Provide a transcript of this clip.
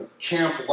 Camp